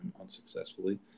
unsuccessfully